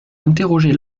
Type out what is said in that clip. interroger